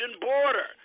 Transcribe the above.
border